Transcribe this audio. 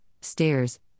stairs